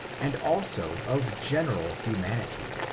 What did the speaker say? and also of general humanity.